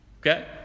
Okay